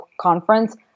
conference